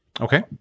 Okay